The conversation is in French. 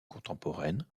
contemporaine